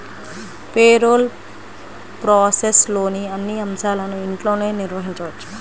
payroll ప్రాసెస్లోని అన్ని అంశాలను ఇంట్లోనే నిర్వహించవచ్చు